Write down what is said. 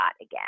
again